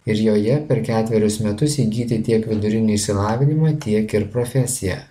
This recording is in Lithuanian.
ir joje per ketverius metus įgyti tiek vidurinį išsilavinimą tiek ir profesiją